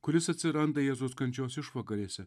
kuris atsiranda jėzaus kančios išvakarėse